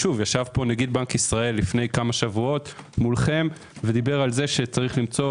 ישב פה נגיד בנק ישראל לפני כמה שבועות מולכם ודיבר על זה שיש ליצור